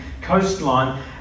coastline